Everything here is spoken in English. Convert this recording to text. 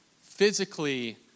physically